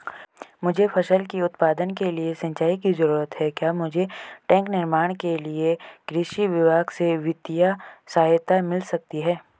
मुझे फसल के उत्पादन के लिए सिंचाई की जरूरत है क्या मुझे टैंक निर्माण के लिए कृषि विभाग से वित्तीय सहायता मिल सकती है?